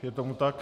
Je tomu tak?